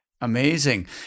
Amazing